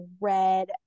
red